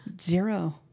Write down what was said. Zero